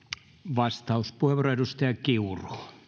vastauspuheenvuoro edustaja kiuru